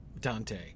Dante